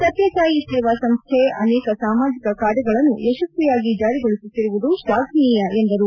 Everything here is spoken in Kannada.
ಸತ್ಯಸಾಯಿ ಸೇವಾ ಸಂಸ್ಲೆ ಅನೇಕ ಸಾಮಾಜಿಕ ಕಾರ್ಯಗಳನ್ನು ಯಶಸ್ವಿಯಾಗಿ ಜಾರಿಗೊಳಿಸುತ್ತಿರುವುದು ಶ್ವಾಘನೀಯ ಎಂದರು